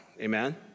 amen